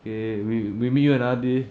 okay we we meet you another day